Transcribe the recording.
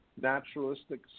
naturalistic